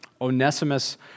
Onesimus